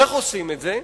איך עושים את זה?